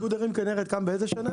באיזו שנה